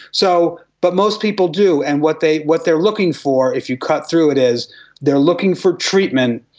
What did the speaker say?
so but most people do. and what they what they are looking for if you cut through it is they are looking for treatment,